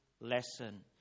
lesson